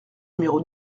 numéro